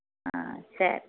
ஆ சரி